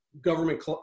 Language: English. government